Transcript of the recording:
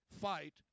fight